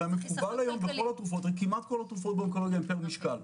הרי כמעט כל התרופות באונקולוגיה הן לפי משקל.